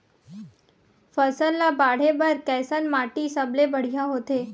फसल ला बाढ़े बर कैसन माटी सबले बढ़िया होथे?